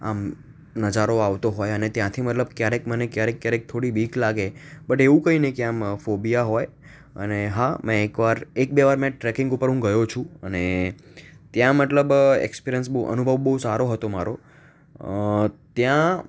આમ નજારો આવતો હોય અને ત્યાંથી મતલબ ક્યારેક મને ક્યારેક ક્યારેક થોડી બીક લાગે બટ એવું કંઇ નહીં કે આમ ફોબિયા હોય અને હા મેં એક વાર એક બે વાર મેં ટ્રેકિંગ ઉપર હું ગયો છું અને ત્યાં મતલબ એક્સપીરીઅન્સ બહુ અનુભવ બહુ સારો હતો મારો ત્યાં